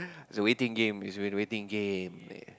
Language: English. it's a waiting game it's been waiting game eh